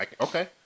Okay